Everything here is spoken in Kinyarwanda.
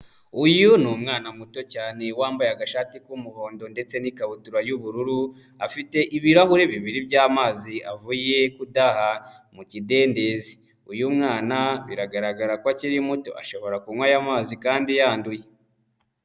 Uyu ni umwana muto cyane wambaye agashati k'umuhondo ndetse n'ikabutura y'ubururu, afite ibirahure bibiri by'amazi avuye kudaha mu kidendezi, uyu mwana biragaragara ko akiri muto ashobora kunywa aya mazi kandi yanduye.